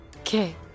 okay